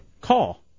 Call